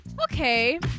okay